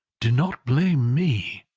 do not blame me!